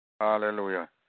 Hallelujah